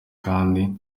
kandi